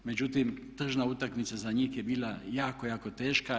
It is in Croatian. Međutim, tržna utakmica za njih je bila jako, jako teška.